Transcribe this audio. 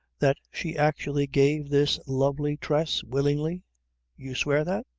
that she actually gave this lovely tress willingly you swear that?